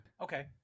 Okay